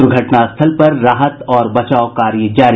दुर्घटना स्थल पर राहत और बचाव कार्य जारी